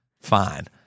fine